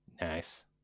Nice